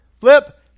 flip